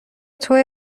توئه